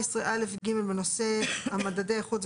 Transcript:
19א(ג) (מדדי איכות),